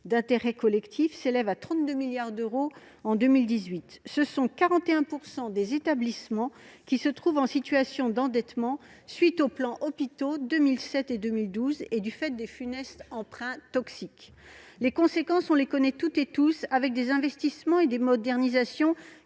d'intérêt collectif s'élève à 32 milliards d'euros en 2018. Ce sont 41 % des établissements qui se trouvent en situation d'endettement à la suite des plans Hôpital 2007 et 2012 et en raison des funestes emprunts toxiques. Nous en connaissons tous les conséquences : les investissements et les modernisations